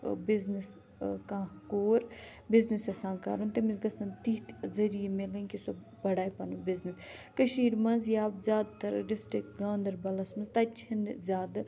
ٲں بِزنیٚس ٲں کانٛہہ کوٗر بِزنیٚس یَژھان کَرُن تٔمِس گَژھَن تِتھۍ ذٔریعہِ میلٕنۍ کہِ سۄ بَڑاے پَنُن بِزنیٚس کٔشیٖر مَنٛز یا زیادٕ تَر ڈِسٹِرٛک گاندَربَلَس منٛز تَتہِ چھِنہٕ زیادٕ